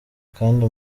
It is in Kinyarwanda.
kandi